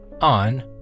on